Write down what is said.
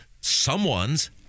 someone's